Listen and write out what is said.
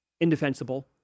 indefensible